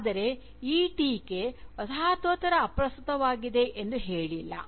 ಆದರೆ ಈ ಟೀಕೆ ವಸಾಹತೋತ್ತರ ಅಪ್ರಸ್ತುತವಾಗಿದೆ ಎಂದು ಹೇಳಿಲ್ಲ